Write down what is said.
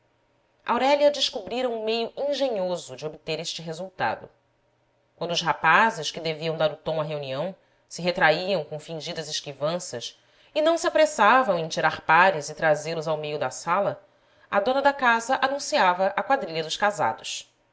aurélia descobrira um meio engenhoso de obter este resultado quando os rapazes que deviam dar o tom à reunião se retraíam com fingidas esquivanças e não se apressavam em tirar pares e trazêlos ao meio da sala a dona da casa anunciava a quadrilha dos casados